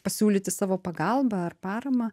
pasiūlyti savo pagalbą ar paramą